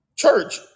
Church